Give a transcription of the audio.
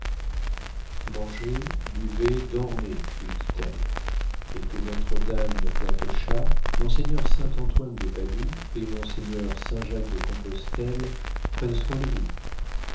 mangez buvez dormez lui dit-elle et que notre-dame d'atocha monseigneur saint antoine de padoue et monseigneur saint jacques de compostelle prennent soin de vous